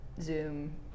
Zoom